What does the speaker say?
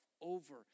over